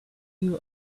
you